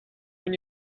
when